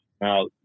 Now